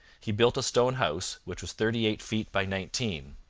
he built a stone house, which was thirty-eight feet by nineteen.